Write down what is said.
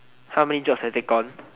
how many jobs I take on